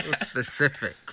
specific